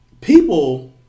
People